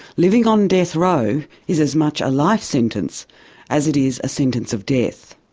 living on death row is as much a life sentence as it is a sentence of death.